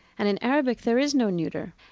and in arabic, there is no neuter,